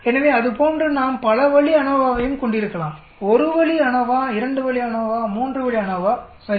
எனவே அதுபோன்று நாம் பல வழி அநோவாவையும் கொண்டிருக்கலாம் ஒரு வழி அநோவா இரண்டு வழி அநோவா மூன்று வழி அநோவா சரி